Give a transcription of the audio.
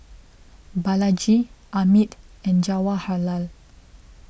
Balaji Amit and Jawaharlal